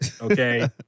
okay